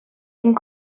ein